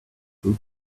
route